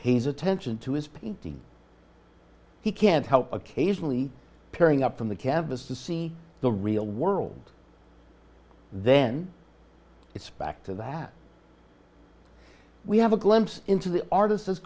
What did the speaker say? pays attention to his painting he can't help occasionally appearing up on the canvas to see the real world then it's back to that we have a glimpse into the artist as